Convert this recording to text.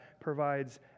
provides